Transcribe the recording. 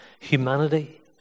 humanity